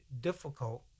difficult